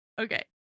Okay